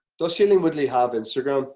does shailene woodley have instagram?